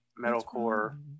metalcore